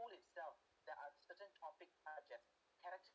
pull itsef there are certain topic such as health